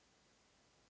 Hvala